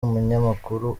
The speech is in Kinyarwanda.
umunyamakuru